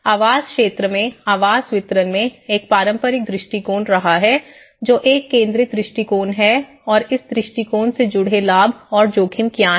आवास क्षेत्र में आवास वितरण में एक पारंपरिक दृष्टि कोण रहा है जो एक केंद्रित दृष्टिकोण है और इस दृष्टिकोण से जुड़े लाभ और जोखिम क्या हैं